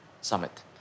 summit